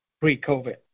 pre-COVID